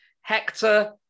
Hector